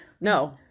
No